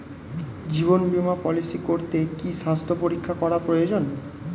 জীবন বীমা পলিসি করতে কি স্বাস্থ্য পরীক্ষা করা প্রয়োজন?